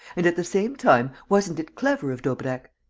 and, at the same time, wasn't it clever of daubrecq?